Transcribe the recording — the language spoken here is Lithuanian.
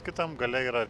kitam gale yra